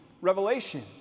revelation